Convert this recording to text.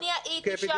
אני הייתי שם.